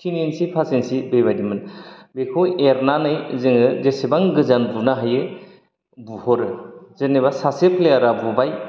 थिन इनसि फास इनसि बे बायदि मोन बेखौ एरनानै जोङो जेसेबां गोजान बुनो हायो बुहरो जेनेबा सासे प्लेयारा बुबाय